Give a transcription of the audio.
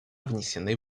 внесены